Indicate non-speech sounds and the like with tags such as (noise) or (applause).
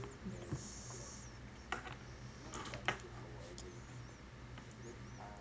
(breath)